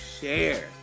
share